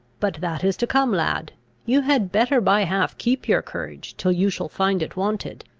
but that is to come, lad you had better by half keep your courage till you shall find it wanted.